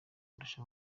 kurusha